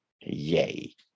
Yay